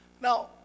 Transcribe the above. Now